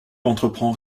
entreprend